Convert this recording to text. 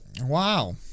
Wow